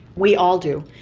we all do,